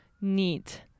neat